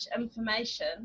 information